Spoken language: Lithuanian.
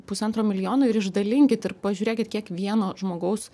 pusantro milijono ir išdalinkit ir pažiūrėkit kiek vieno žmogaus